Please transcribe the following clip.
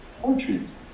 portraits